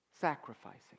sacrificing